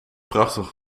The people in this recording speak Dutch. prachtig